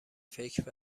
فکر